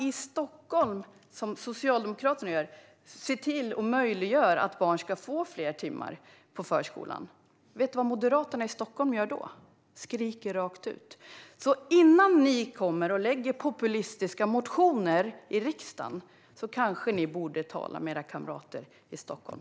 I Stockholm ser Socialdemokraterna till att möjliggöra för barn att få fler timmar på förskolan. Vet du vad Moderaterna i Stockholm gör då? Jo, de skriker rakt ut. Innan ni kommer och lägger populistiska motioner i riksdagen kanske ni borde tala med era kamrater i Stockholm.